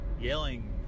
yelling